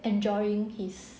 enjoying his